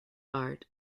art